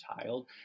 child